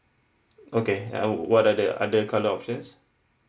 okay uh what are the other colour options